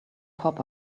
pop